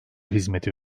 hizmeti